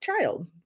child